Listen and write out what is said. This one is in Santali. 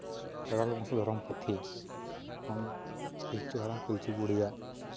ᱠᱷᱮᱨᱣᱟᱞ ᱵᱚᱝᱥᱚ ᱫᱷᱚᱨᱚᱢ ᱯᱩᱛᱷᱤ ᱠᱷᱚᱱ ᱯᱤᱞᱪᱩ ᱦᱟᱲᱟᱢ ᱯᱤᱞᱪᱩ ᱵᱩᱲᱦᱤᱭᱟᱜ